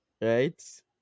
right